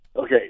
Okay